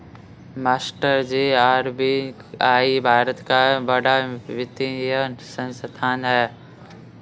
मास्टरजी आर.बी.आई भारत का बड़ा वित्तीय संस्थान है